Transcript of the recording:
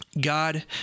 God